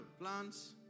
plants